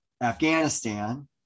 Afghanistan